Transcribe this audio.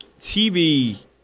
TV